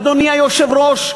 אדוני היושב-ראש,